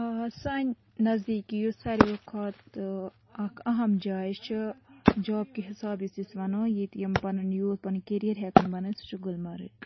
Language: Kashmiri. سٲنۍ نزدیٖکی یُس سارویو کھۄتہٕ تہٕ اَکھ اہم جاے چھِ جاب کہِ حساب یُس أسۍ وَنو ییٚتہِ یِم پنُن یوٗتھ پنُن کیریَر ہٮ۪کَن بَنٲوِتھ سُہ چھِ گُلمرگ